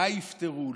מה יפתרו,